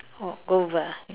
oh over